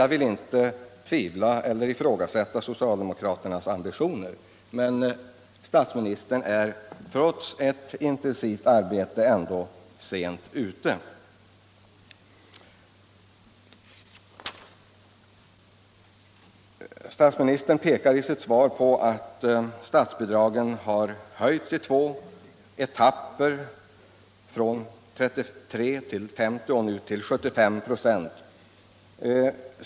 Jag vill inte betvivla eller ifrågasätta socialdemokraternas ambitioner, men statsministern är ändå sent ute. Statsministern pekar i sitt svar på att statsbidragen har höjts i två etapper, från 33 96 till 50 96 och nu till 75 96.